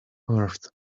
earth